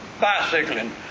bicycling